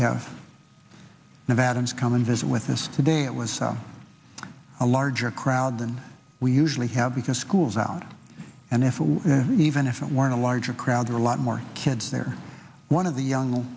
have nevadans come and visit with us today it was a larger crowd than we usually have because school's out and if even if it were a larger crowd or a lot more kids there one of the young